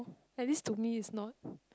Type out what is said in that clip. at least to me it's not